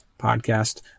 podcast